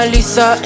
Lisa